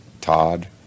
Todd